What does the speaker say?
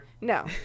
no